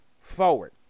forward